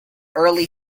early